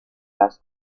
las